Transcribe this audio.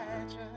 imagine